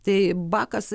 tai bakas